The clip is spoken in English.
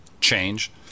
change